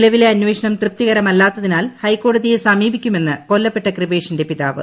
നിലവിലെ അന്വേഷണ് തൃപ്തികരമല്ലാത്തതിനാൽ ഹൈക്കോടതിയെ സ്ട്മീപിക്കുമെന്ന് കൊല്ലപ്പെട്ട കൃപേഷിന്റെ പിതാവ്